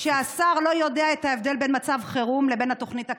שהשר לא יודע את ההבדל בין מצב חירום לבין התוכנית הכללית.